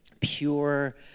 pure